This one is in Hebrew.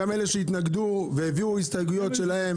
גם לאלה שהתנגדו והביאו את ההסתייגויות שלהם,